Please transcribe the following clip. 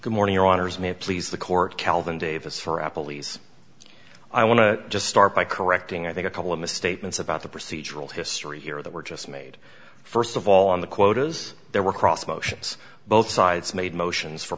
good morning your honour's may please the court calvin davis for apple ease i want to just start by correcting i think a couple of misstatements about the procedural history here that were just made st of all on the quotas there were cross motions both sides made motions for